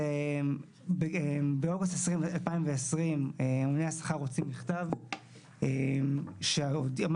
באוגוסט 2020 הממונה על השכר הוציא מכתב שאמר